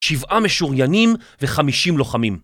שבעה משוריינים וחמישים לוחמים